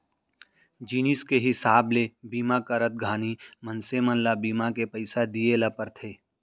जिनिस के हिसाब ले बीमा करत घानी मनसे मन ल बीमा के पइसा दिये ल परथे